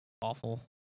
Awful